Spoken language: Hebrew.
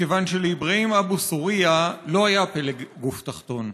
מכיוון שלאברהים אבו ת'וריא לא היה פלג גוף תחתון.